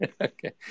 Okay